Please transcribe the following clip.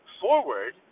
forward